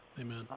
Amen